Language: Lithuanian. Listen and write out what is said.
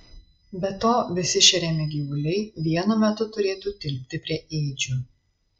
be to visi šeriami gyvuliai vienu metu turėtų tilpti prie ėdžių